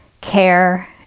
care